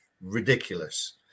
ridiculous